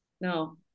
No